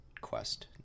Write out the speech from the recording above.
quest